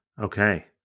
Okay